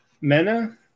mena